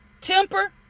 temper